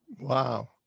wow